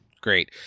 Great